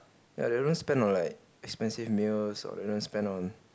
ya I don't spend on like expensive meals or you know spend on